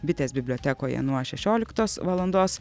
bitės bibliotekoje nuo šešioliktos valandos